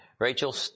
Rachel